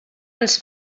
ens